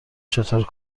چطور